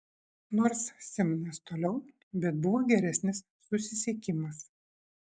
nors simnas toliau bet buvo geresnis susisiekimas